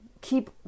keep